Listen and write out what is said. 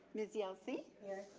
ms. yelsey. here.